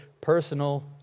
personal